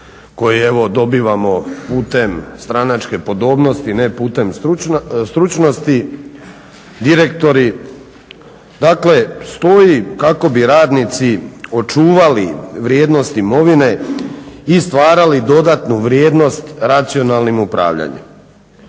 koji evo dobivamo putem stranačke podobnosti, ne putem stručnosti, direktori, dakle stoji kako bi radnici očuvali vrijednost imovine i stvarali dodatnu vrijednost racionalnim upravljanjem.